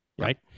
Right